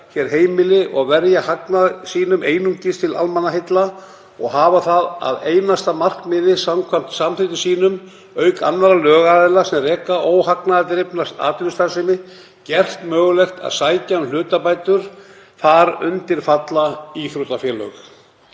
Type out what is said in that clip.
hér heimili og verja hagnaði sínum einungis til almenningsheilla, og hafa það að einasta markmiði samkvæmt samþykktum sínum, auk annarra lögaðila sem reka óhagnaðardrifna atvinnustarfsemi gert mögulegt að sækja um hlutabætur. Þar undir falla íþróttafélög.